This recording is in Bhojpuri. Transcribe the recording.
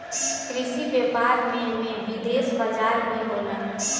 कृषि व्यापार में में विदेशी बाजार भी होला